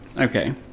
Okay